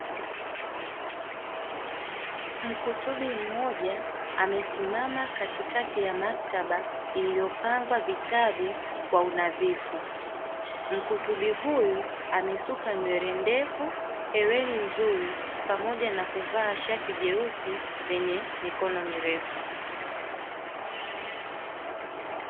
Mkutubi mmoja amesimama katikati ya maktaba iliyopangwa vitabu kwa unadhifu mkutubi huyu amesuka nywele ndefu hereni nzuri pamoja na kuvaa shati jeusi lenye mikono mirefu.